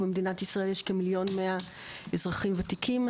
במדינת ישראל יש כמיליון ו-100 אזרחים ותיקים.